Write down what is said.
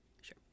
sure